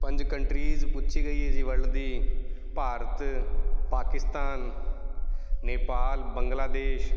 ਪੰਜ ਕੰਟਰੀਜ ਪੁੱਛੀ ਗਈ ਹੈ ਜੀ ਵਰਲਡ ਦੀ ਭਾਰਤ ਪਾਕਿਸਤਾਨ ਨੇਪਾਲ ਬੰਗਲਾਦੇਸ਼